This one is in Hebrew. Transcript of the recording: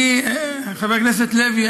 חבר הכנסת לוי,